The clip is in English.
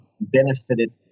benefited